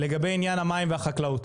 לגבי עניין המים והחקלאות,